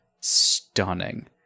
stunning